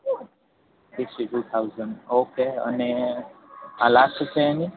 sixty two thousand okay અને આ last છે એની